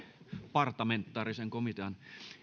partamentaarisen komitean